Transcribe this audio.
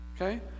okay